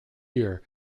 year